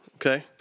Okay